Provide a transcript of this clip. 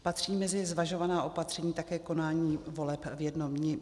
Patří mezi zvažovaná opatření také konání voleb v jednom dni?